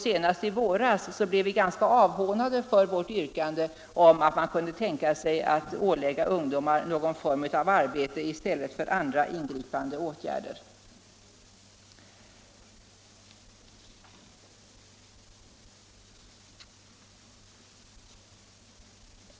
Senast i våras blev vi ganska avhånade för vårt yrkande om att det skulle bli möjligt att ålägga ungdomar någon form av arbete i stället för att vidta andra ingripande åtgärder.